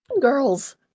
Girls